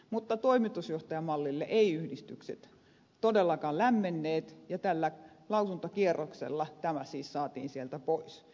mutta toimitusjohtaja mallille eivät yhdistykset todellakaan lämmenneet ja tällä lausuntokierroksella tämä siis saatiin sieltä pois